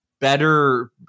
better